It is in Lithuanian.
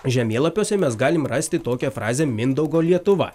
žemėlapiuose mes galim rasti tokią frazę mindaugo lietuva